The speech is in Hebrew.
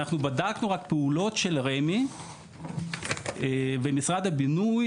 אנחנו בדקנו רק פעולות של רמ"י ומשרד הבינוי